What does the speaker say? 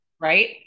right